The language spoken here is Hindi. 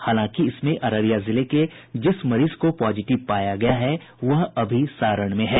हालांकि इसमें अररिया जिले के जिस मरीज को पॉजिटिव पाया गया है वह अभी सारण में हैं